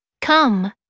come